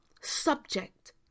subject